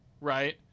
right